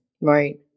Right